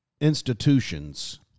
institutions